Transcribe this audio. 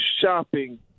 shopping